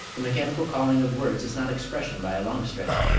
the mechanical calling of words is not expression, by a long stretch.